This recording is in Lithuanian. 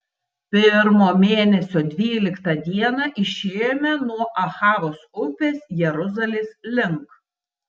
pirmo mėnesio dvyliktą dieną išėjome nuo ahavos upės jeruzalės link